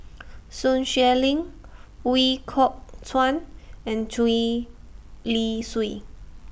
Sun Xueling Ooi Kok Chuen and Gwee Li Sui